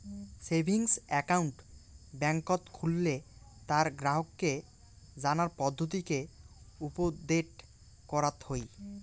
savings account বেংকত খুললে তার গ্রাহককে জানার পদ্ধতিকে উপদেট করাত হই